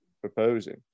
proposing